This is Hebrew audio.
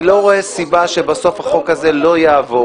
אני לא רואה סיבה שבסוף החוק לא יעבור,